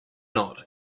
not